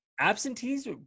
absentees